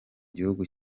gihugu